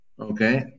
Okay